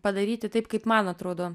padaryti taip kaip man atrodo